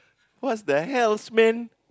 what's the hells man